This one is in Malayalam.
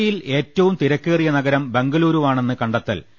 ഇന്ത്യയിൽ ഏറ്റവും തിരക്കേറിയ നഗരം ബംഗലൂരുവാണെന്ന് കണ്ടെത്തൽ